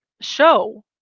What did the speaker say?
show